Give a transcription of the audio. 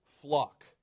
flock